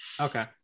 Okay